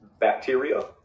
bacteria